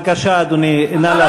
בבקשה, אדוני, נא לעזוב.